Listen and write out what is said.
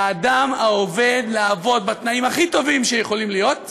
לאדם העובד לעבוד בתנאים הכי טובים שיכולים להיות,